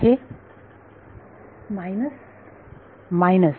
विद्यार्थी minus minus